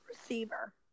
receiver